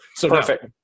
perfect